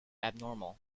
abnormal